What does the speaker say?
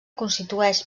constitueix